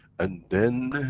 and then,